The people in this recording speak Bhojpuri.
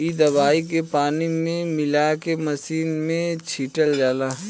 इ दवाई के पानी में मिला के मिशन से छिटल जाला